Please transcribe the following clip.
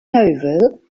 novel